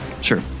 Sure